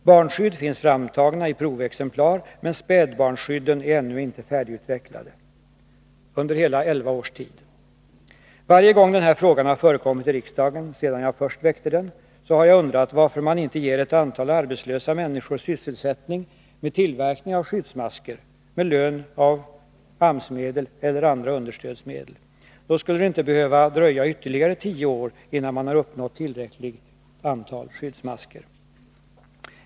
Barnskydd finns framtagna i provexemplar, men spädbarnskydden är ännu inte färdigutvecklade — efter hela elva års tid! Varje gång den här frågan har förekommit i riksdagen — sedan jag först väckte den — har jag undrat varför man inte ger ett antal arbetslösa människor sysselsättning med tillverkning av skyddsmasker med lön av AMS-medel eller andra understödsmedel. Då skulle det inte behöva dröja ytterligare tio år innan man har uppnått tillräckligt antal skyddsmasker.